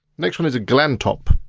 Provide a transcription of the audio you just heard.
next one is a glantop.